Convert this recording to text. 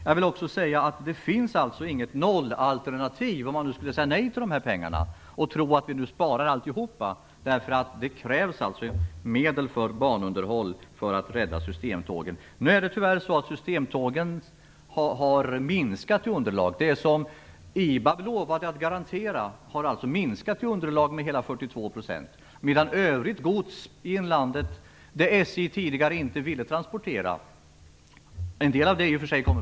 Jag vill också säga att det finns alltså inget nollalternativ om man nu skulle säga nej till dessa pengar och tro att man sparar allihop. Det krävs alltså medel till banunderhåll för att rädda systemtågen. Nu är det tyvärr så att underlaget för systemtågen har minskat. Det underlag som IBAB lovade att garantera har alltså minskat med hela 42 % medan övrigt gods i inlandet, det SJ tidigare inte ville transportera, har ökat med 190 %.